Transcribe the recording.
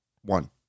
one